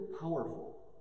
powerful